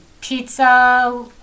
pizza